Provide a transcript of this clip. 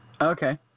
Okay